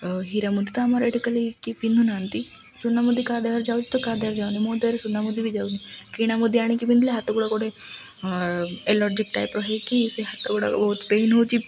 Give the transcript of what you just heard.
ହୀରା ମୁଦି ତ ଆମର ଏଠେ ଖାଲି କିଏ ପିନ୍ଧୁ ନାହାନ୍ତି ସୁନା ମୁଦି କା ଦେହରେ ଯାଉଛି ତ କାହା ଦେହରେ ଯାଉନି ମୁଁ ଦେହରେ ସୁନା ମୁଦି ବି ଯାଉନି କିଣା ମୁଦି ଆଣିକି ପିନ୍ଧିଲେ ହାତଗୁଡ଼ା ଗୋଟେ ଏଲର୍ଜିକ୍ ଟାଇପ୍ର ହେଇକି ସେ ହାତଗୁଡ଼ାକ ବହୁତ ପେନ୍ ହେଉଛି